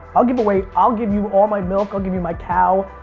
i'll give away, i'll give you all my milk, i'll give you my cow.